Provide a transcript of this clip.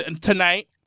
tonight